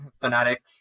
fanatic